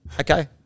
okay